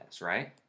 right